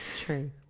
True